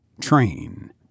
train